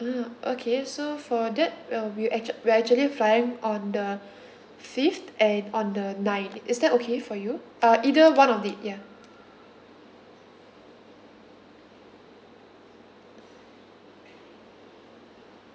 ah okay so for that we'll be actu~ we are actually flying on the fifth and on the ninth is that okay for you uh either one of it ya